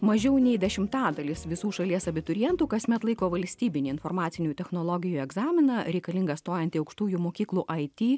mažiau nei dešimtadalis visų šalies abiturientų kasmet laiko valstybinį informacinių technologijų egzaminą reikalingą stojant į aukštųjų mokyklų it